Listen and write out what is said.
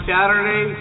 Saturday